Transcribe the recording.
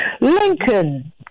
Lincoln